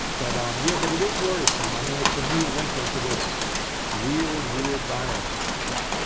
but um yeah, but it is worrisome. i mean, it's a new wrinkle to this weird, weird virus yeah.